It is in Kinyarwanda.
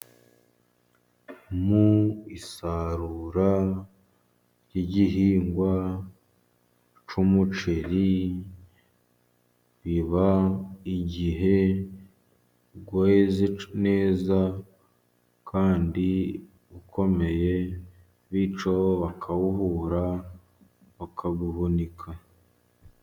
Mu isarura ry'igihingwa cy'umuceri biba igihe weze neza, kandi ukomeye bityo bakawuhura bakabuhunika.